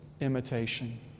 imitation